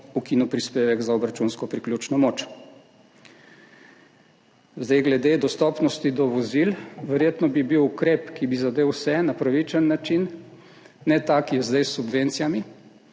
ukinil prispevek za obračunsko priključno moč. Glede dostopnosti do vozil, bi bil verjetno [na mestu] ukrep, ki bi zadel vse na pravičen način, ne ta, ki je zdaj s subvencijami,